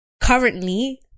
currently